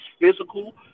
physical